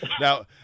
Now